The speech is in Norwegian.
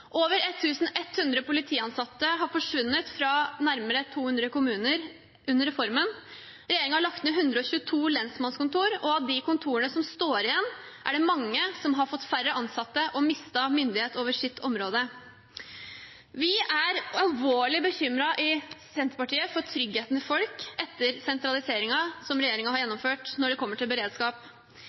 over hele Norge. Over 1 100 politiansatte har forsvunnet fra nærmere 200 kommuner under reformen. Regjeringen har lagt ned 122 lensmannskontor, og av de kontorene som står igjen, er det mange som har fått færre ansatte og mistet myndighet over sitt område. Vi er alvorlig bekymret i Senterpartiet for tryggheten til folk etter sentraliseringen som regjeringen har gjennomført når det gjelder beredskap.